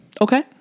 Okay